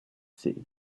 see